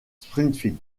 springfield